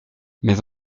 mais